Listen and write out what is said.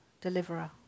deliverer